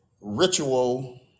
ritual